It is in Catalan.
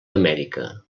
amèrica